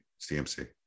CMC